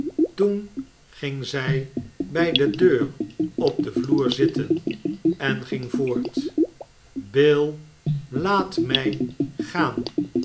toen ging zij bij de deur op deh vloer zitten en ging voort bill iaat mij i gaan